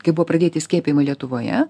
kai buvo pradėti skiepijimai lietuvoje